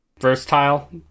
Versatile